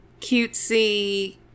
Cutesy